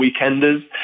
weekenders